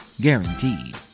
guaranteed